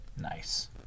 Nice